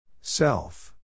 Self